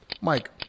Mike